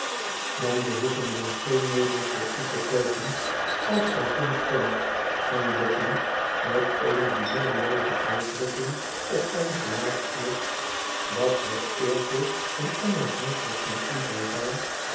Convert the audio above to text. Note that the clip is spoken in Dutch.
dan behoeven wij geen meubels voor u te koopen als gij somsvondt ging boffin met eene bijzonder looze uitdrukking op zijn gelaat voort dat het eervol en onafhankelijk van u zou zijn